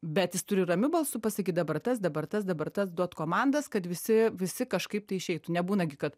bet jis turi ramiu balsu pasakyt dabar tas dabar tas dabar tas duot komandas kad visi visi kažkaip tai išeitų nebūna gi kad